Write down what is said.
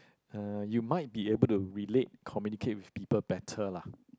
uh you might be able to relate communicate with people better lah